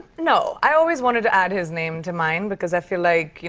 no. i always wanted to add his name to mine, because i feel like, you